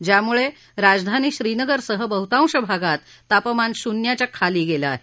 ज्यामुळे राजधानी श्रीनगरसह बहुतांश भागात तापमान शून्याच्या खाली गेले आहे